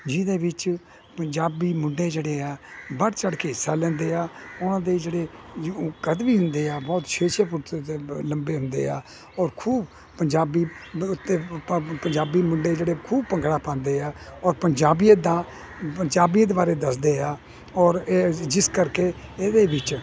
ਜਿਹਦੇ ਵਿੱਚ ਪੰਜਾਬੀ ਮੁੰਡੇ ਜਿਹੜੇ ਆ ਵੱਧ ਚੜ੍ਹ ਕੇ ਹਿੱਸਾ ਲੈਂਦੇ ਆ ਉਹਨਾਂ ਦੇ ਜਿਹੜੇ ਯੁ ਕੱਦ ਵੀ ਹੁੰਦੇ ਆ ਬਹੁਤ ਛੇ ਛੇ ਫੁੱਟ ਦੇ ਲੰਬੇ ਹੁੰਦੇ ਆ ਔਰ ਖੂਬ ਪੰਜਾਬੀ ਉੱਤੇ ਪੰਜਾਬੀ ਮੁੰਡੇ ਜਿਹੜੇ ਖੂਬ ਭੰਗੜਾ ਪਾਉਂਦੇ ਆ ਔਰ ਪੰਜਾਬੀਅਤ ਦਾ ਪੰਜਾਬੀਅਤ ਬਾਰੇ ਦੱਸਦੇ ਆ ਔਰ ਇਹ ਜਿਸ ਕਰਕੇ ਇਹਦੇ ਵਿੱਚ